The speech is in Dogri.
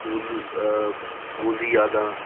स्कूल स्कूल दियां यादां